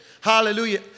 Hallelujah